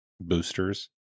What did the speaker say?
boosters